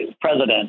president